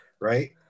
right